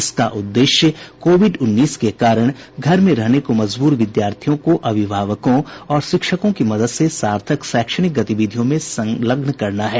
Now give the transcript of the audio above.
इसका उद्देश्य कोविड उन्नीस के कारण घर में रहने को मजबूर विद्यार्थियों को अभिभावकों और शिक्षकों की मदद से सार्थक शैक्षिक गतिविधियों में संलग्न करना है